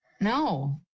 No